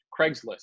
Craigslist